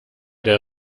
der